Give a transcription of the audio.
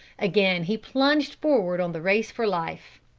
again he plunged forward on the race for life.